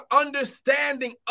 understanding